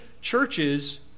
churches